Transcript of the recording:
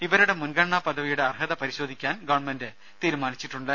ഇവരുടെ മുൻഗണനാ പദവിയുടെ അർഹത പരിശോധിക്കാൻ ഗവൺമെന്റ് തീരുമാനിച്ചിട്ടുണ്ട്